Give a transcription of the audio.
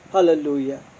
Hallelujah